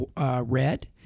red